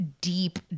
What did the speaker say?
deep